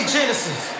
Genesis